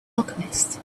alchemist